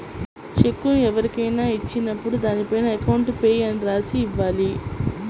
చెక్కును ఎవరికైనా ఇచ్చినప్పుడు దానిపైన అకౌంట్ పేయీ అని రాసి ఇవ్వాలి